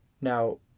Now